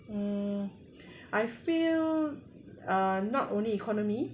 mm I feel uh not only economy